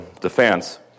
Defense